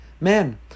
Man